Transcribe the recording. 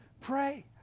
Pray